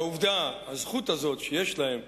העובדה, הזכות הזאת שיש להם,